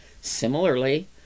similarly